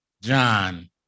John